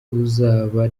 buzaba